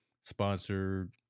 sponsored